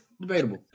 Debatable